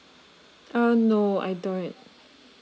uh no I don't know it